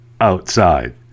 outside